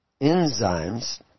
enzymes